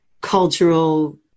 cultural